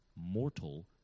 mortal